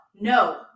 no